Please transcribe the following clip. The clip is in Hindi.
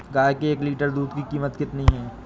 गाय के एक लीटर दूध की कीमत कितनी है?